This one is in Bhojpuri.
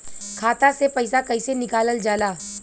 खाता से पैसा कइसे निकालल जाला?